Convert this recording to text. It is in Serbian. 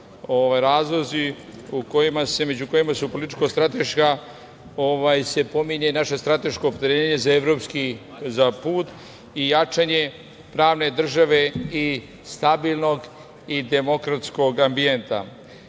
razlozi, među kojima se u političko-strateška pominje i naše strateško opredeljenje za evropski put i jačanje pravne države i stabilnog i demokratskog ambijenta. Kada